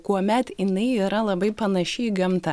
kuomet jinai yra labai panaši į gamtą